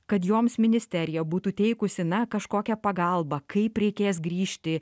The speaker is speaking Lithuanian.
kad joms ministerija būtų teikusi na kažkokią pagalbą kaip reikės grįžti